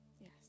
Yes